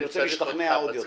אני רוצה להשתכנע עוד יותר.